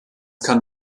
kann